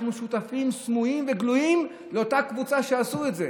אנחנו שותפים סמויים וגלויים של אותה קבוצה שעשתה את זה.